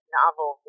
novel